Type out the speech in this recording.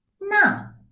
Now